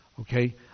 Okay